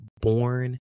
born